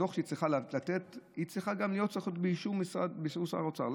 הדוח שהיא צריכה לתת צריך להיות באישור שר האוצר.